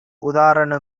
உதார